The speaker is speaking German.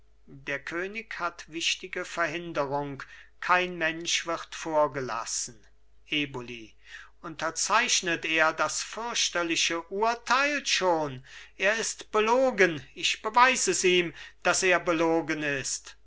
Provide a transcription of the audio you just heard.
der könig hat wichtige verhinderung kein mensch wird vorgelassen eboli unterzeichnet er das fürchterliche urteil schon er ist belogen ich beweis es ihm daß er belogen ist